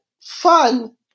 fun